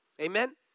amen